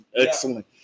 Excellent